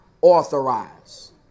authorize